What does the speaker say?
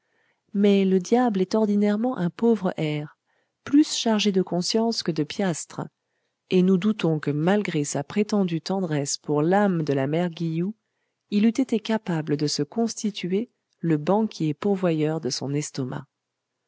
mais le diable est ordinairement un pauvre hère plus chargé de conscience que de piastres et nous doutons que malgré sa prétendue tendresse pour l'âme de la mère guilloux il eût été capable de se constituer le banquier pourvoyeur de son estomac